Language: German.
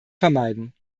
vermeiden